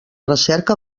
recerca